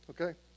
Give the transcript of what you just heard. Okay